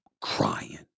crying